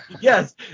Yes